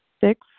Six